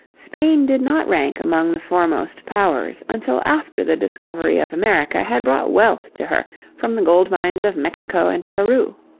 spain did not rank among the foremost powers until after the discovery of america had brought wealth to her from the gold mines of mexico and peru.